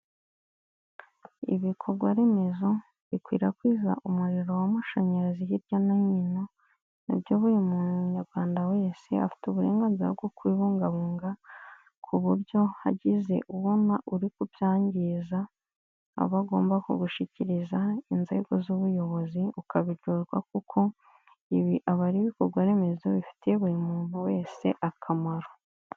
Ibikorwa remezo bikwirakwiza umuriro w'amashanyarazi hirya no hino, na byo buri munyarwanda wese afite uburenganzira bwo kubibungabunga, ku buryo hagize ubona uri kubyangiza aba agomba kugushyikiriza inzego z'ubuyobozi, ukabijozwa kuko ibi aba ari ibikorwa remezo bifitiye buri muntu wese akamaro.